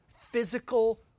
physical